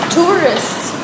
tourists